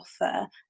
offer